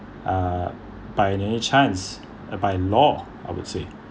uh by any chance uh by law I would say